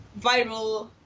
viral